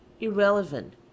irrelevant